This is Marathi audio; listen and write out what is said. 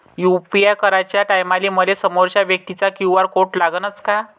यू.पी.आय कराच्या टायमाले मले समोरच्या व्यक्तीचा क्यू.आर कोड लागनच का?